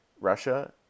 Russia